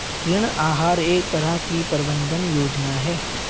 ऋण आहार एक तरह की प्रबन्धन योजना है